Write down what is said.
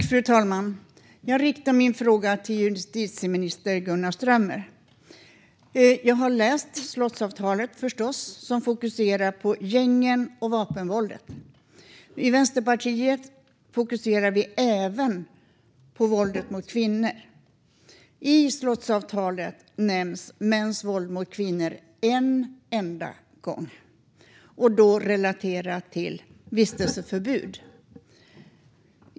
Fru talman! Jag riktar min fråga till justitieminister Gunnar Strömmer. Jag har förstås läst slottsavtalet, som fokuserar på gängen och vapenvåldet. Vänsterpartiet fokuserar även på våldet mot kvinnor. I slottsavtalet nämns mäns våld mot kvinnor en enda gång och då relaterat till vistelseförbud.